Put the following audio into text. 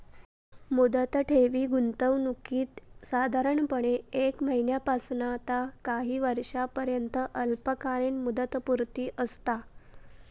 मुदत ठेवी गुंतवणुकीत साधारणपणे एक महिन्यापासना ता काही वर्षांपर्यंत अल्पकालीन मुदतपूर्ती असता